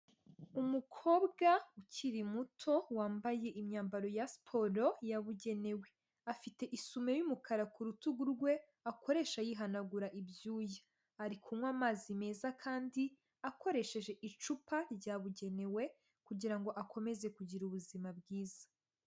Umukobwa ukiri muto wambaye imyambaro ya siporo yabugenewe, afite isume y'umukara ku rutugu rwe akoresha yihanagura ibyuya, ari kunywa amazi meza kandi akoresheje icupa ryabugenewe kugira ngo akomeze kugira ubuzima bwiza.